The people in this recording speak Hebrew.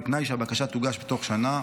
בתנאי שהבקשה תוגש תוך שנה,